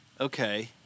Okay